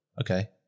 Okay